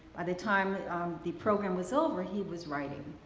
by the time the program was over, he was writing.